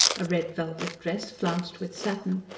a red velvet dress flounced with satin,